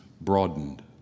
broadened